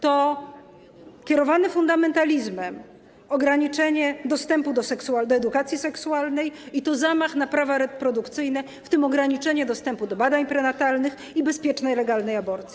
To kierowane fundamentalizmem ograniczenie dostępu do edukacji seksualnej i to zamach na prawa reprodukcyjne, w tym ograniczenie dostępu do badań prenatalnych i bezpiecznej, legalnej aborcji.